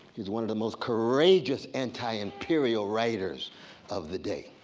he's one of the most courageous anti-imperial writers of the day.